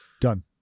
Done